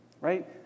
Right